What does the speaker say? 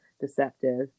deceptive